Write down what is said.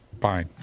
fine